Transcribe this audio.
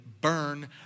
burn